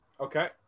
okay